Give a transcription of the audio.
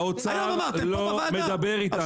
האוצר לא מדבר איתנו.